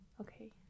okay